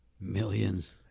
Millions